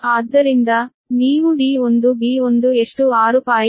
ಆದ್ದರಿಂದ ನೀವು d1b1 ಎಷ್ಟು 6